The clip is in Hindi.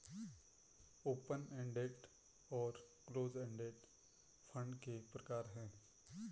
ओपन एंडेड और क्लोज एंडेड फंड के प्रकार हैं